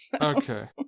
okay